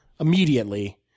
immediately